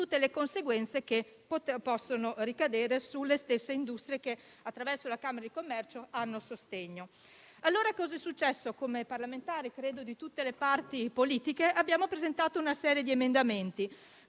tutte le conseguenze che possono ricadere sulle stesse industrie che, attraverso la camera di commercio, ricevono sostegno. Pertanto come parlamentari, credo, di tutte le parti politiche abbiamo presentato una serie di emendamenti